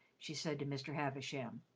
she said to mr. havisham.